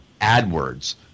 AdWords